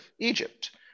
Egypt